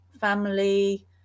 family